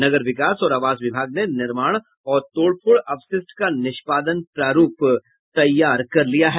नगर विकास और आवास विभाग ने निर्माण और तोड़फोड़ अवशिष्ट का निष्पादन प्रारूप तैयार किया है